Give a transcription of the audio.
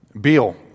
Beal